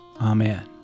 Amen